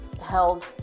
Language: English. held